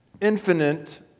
infinite